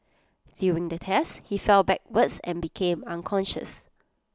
during the test he fell backwards and became unconscious